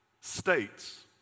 states